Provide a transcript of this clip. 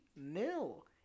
nil